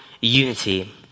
unity